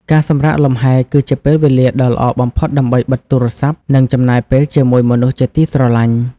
ការសម្រាកលំហែ គឺជាពេលវេលាដ៏ល្អបំផុតដើម្បីបិទទូរស័ព្ទ និងចំណាយពេលជាមួយមនុស្សជាទីស្រឡាញ់។